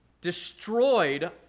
destroyed